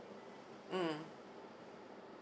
mm